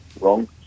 wrong